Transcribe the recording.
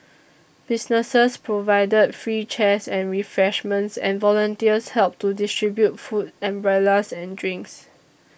businesses provided free chairs and refreshments and volunteers helped to distribute food umbrellas and drinks